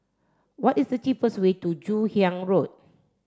what is the cheapest way to Joon Hiang Road